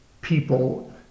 people